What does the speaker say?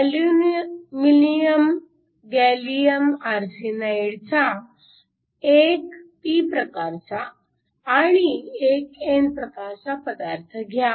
aluminium gallium आर्सेनाईडचा एक p प्रकारचा आणि एक n प्रकारचा पदार्थ घ्या